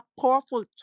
powerful